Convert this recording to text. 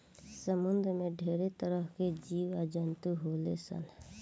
समुंद्र में ढेरे तरह के जीव आ जंतु होले सन